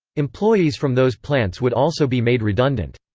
employees from those plants would also be made redundant.